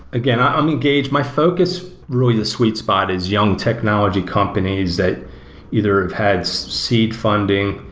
again. i'm engaged my focus, really the sweet spot, is young technology companies that either have had seed funding,